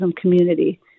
community